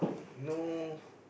no